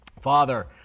Father